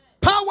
power